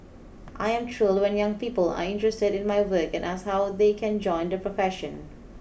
I am thrilled when young people are interested in my work and ask how they can join the profession